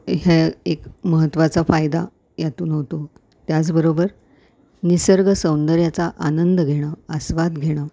ह्या एक महत्त्वाचा फायदा यातून होतो त्याचबरोबर निसर्ग सौंदर्याचा आनंद घेणं आस्वाद घेणं